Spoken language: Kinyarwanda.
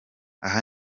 aha